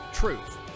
truth